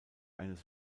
eines